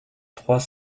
trois